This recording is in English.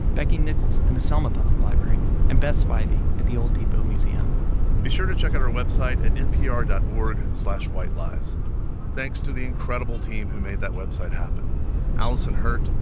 becky nichols and the selma public library and beth spivey at the old depot museum be sure to check out our website at npr dot org slash whitelies. thanks thanks to the incredible team who made that website happen alyson hurt,